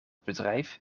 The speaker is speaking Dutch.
bedrijf